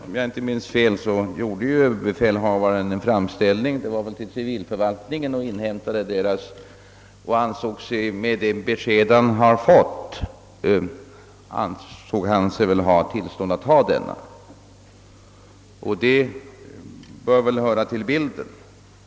Om jag inte minns fel gjorde överbefälhavaren en framställning till försvarets civilförvaltning för att inhämta dess uppfattning, och han ansåg sig tydligen med de besked han fick vara berättigad att förfara såsom skett. Detta bör också höra till bilden.